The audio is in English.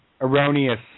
Erroneous